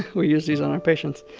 we use these on our patients.